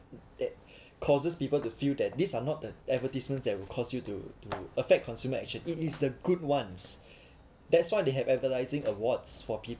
that causes people to feel that these are not the advertisements that would cause you to to affect consumer action it is the good ones that's why they have advertising awards for people